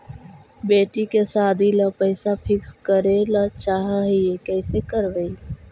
बेटि के सादी ल पैसा फिक्स करे ल चाह ही कैसे करबइ?